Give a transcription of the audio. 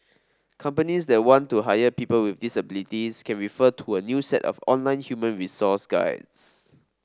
companies that want to hire people with disabilities can refer to a new set of online human resource guides